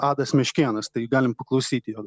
adas meškėnas tai galim paklausyti jo